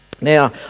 Now